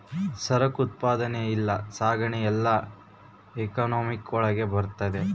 ಸರಕು ಉತ್ಪಾದನೆ ಇಲ್ಲ ಸಾಗಣೆ ಎಲ್ಲ ಎಕನಾಮಿಕ್ ಒಳಗ ಬರ್ತದೆ